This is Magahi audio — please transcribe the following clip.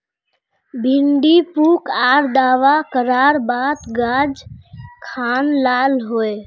भिन्डी पुक आर दावा करार बात गाज खान लाल होए?